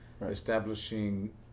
establishing